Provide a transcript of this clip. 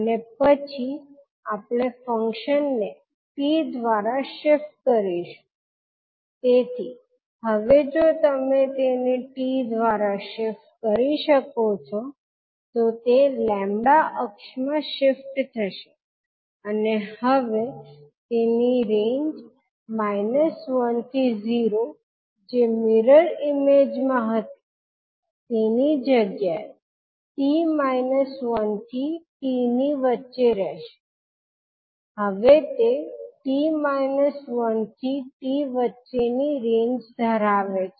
અને પછી આપણે ફંકશનને t દ્વારા શિફ્ટ કરીશું તેથી હવે જો તમે તેને t દ્વારા શિફ્ટ કરી શકો છો તો તે 𝜆 અક્ષમાં શિફ્ટ થશે અને હવે તેની રેન્જ 1 થી 0 જે મિરર ઇમેજ માં હતી તેની જગ્યાએ 𝑡 1 થી t ની વચ્ચે રહેશે હવે તે 𝑡 1 થી 𝑡 વચ્ચેની રેન્જ ધરાવે છે